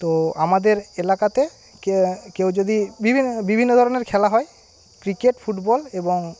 তো আমাদের এলাকাতে কেউ যদি বিভিন্ন ধরনের খেলা হয় ক্রিকেট ফুটবল এবং